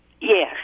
Yes